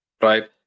right